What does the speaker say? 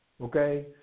okay